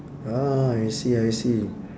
orh I see I see